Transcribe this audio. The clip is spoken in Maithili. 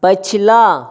पछिला